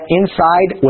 inside